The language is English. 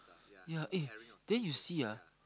ya eh then you see ah